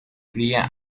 fría